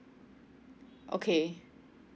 okay